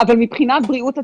אבל מבחינת בריאות הציבור,